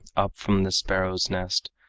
up from the sparrow's nest,